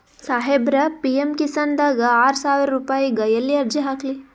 ಸಾಹೇಬರ, ಪಿ.ಎಮ್ ಕಿಸಾನ್ ದಾಗ ಆರಸಾವಿರ ರುಪಾಯಿಗ ಎಲ್ಲಿ ಅರ್ಜಿ ಹಾಕ್ಲಿ?